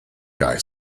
guy